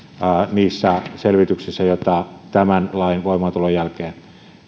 niissä selvityksissä joita tämän lain voimaantulon jälkeen